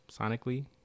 sonically